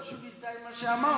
זה לא אומר שהוא מזדהה עם מה שאמרת,